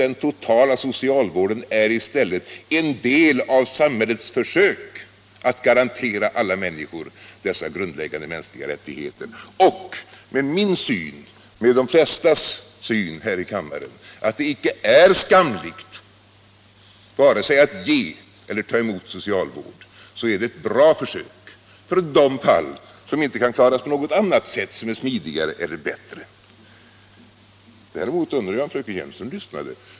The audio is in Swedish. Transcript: Den totala socialvården är i stället en del av samhällets försök att garantera alla människor dessa grundläggande mänskliga rättigheter. Och med den syn jag, och de flesta här i kammaren, har — att det inte är skamligt vare sig att ge eller ta emot socialvård — är det ett bra försök när det gäller de fall som inte kan klaras på något annat sätt som är smidigare eller bättre. Däremot undrar jag om fröken Hjelmström lyssnade.